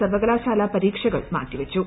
സർവ്വകലാശാല പരീക്ഷകൾ മാറ്റി വച്ചു